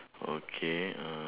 okay uh